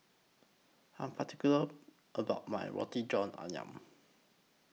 I'm particular about My Roti John Ayam